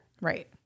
Right